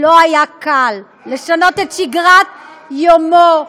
לא היה קל לשנות את שגרת יומו,